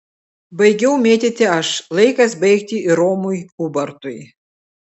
baigiau mėtyti aš laikas baigti ir romui ubartui